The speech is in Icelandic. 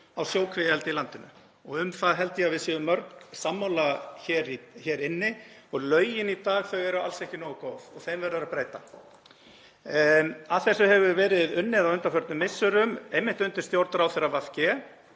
á sjókvíaeldi í landinu og um það held ég að við séum mörg sammála hér inni. Lögin í dag eru alls ekki nógu góð og þeim verður að breyta. Að þessu hefur verið unnið á undanförnum misserum, einmitt undir stjórn ráðherra VG,